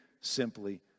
simply